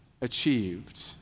achieved